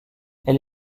elle